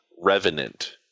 revenant